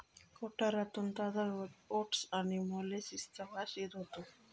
कोठारातून ताजा गवत ओट्स आणि मोलॅसिसचा वास येत होतो